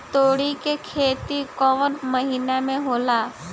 तोड़ी के खेती कउन महीना में होला?